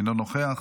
אינו נוכח,